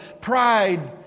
pride